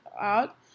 out